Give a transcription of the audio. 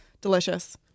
delicious